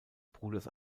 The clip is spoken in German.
bruders